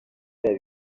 yabo